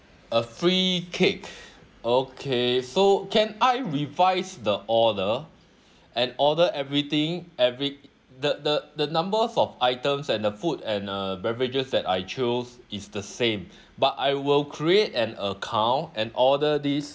a free cake okay so can I revise the order and order everything every the the the numbers of items and the food and uh beverages that I chose is the same but I will create an account and order these